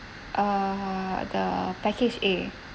uh the package A